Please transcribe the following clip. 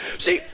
See